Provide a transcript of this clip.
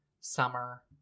summer